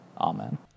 Amen